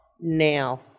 now